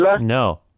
No